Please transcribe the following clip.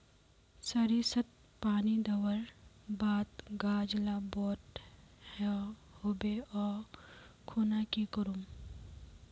सरिसत पानी दवर बात गाज ला बोट है होबे ओ खुना की करूम?